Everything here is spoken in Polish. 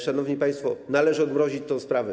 Szanowni państwo, należy odmrozić tę sprawę.